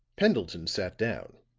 pendleton sat down.